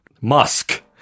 Musk